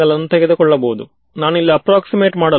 ಅದು contour integral ಯಾವುದರ ಮೇಲೆ ನಿಮಗೆ ತಿಳಿದಂತೆ ಕಾಂಟೂರ್